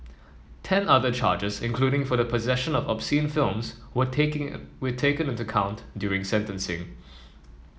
ten other charges including for the possession of obscene films were taking were taken into account during sentencing